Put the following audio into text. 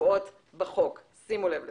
הקבועות בחוק שימו לב לזה.